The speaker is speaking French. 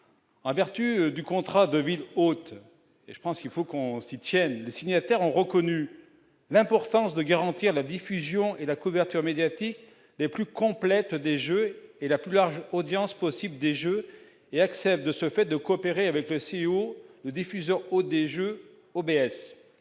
en vertu du contrat de ville hôte et je pense qu'il faut qu'on cite tiennent les signataires ont reconnu l'importance de garantir la diffusion et la couverture médiatique, mais plus complète des jeux et la plus large audience possible des jeux et accepte de se fait de coopérer avec la Syrie au diffuseur hôte des Jeux au